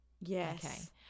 Yes